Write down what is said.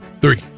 Three